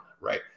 right